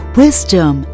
wisdom